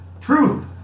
Truth